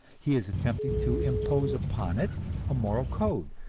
he is attempting to impose upon it a moral code,